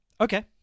Okay